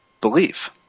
belief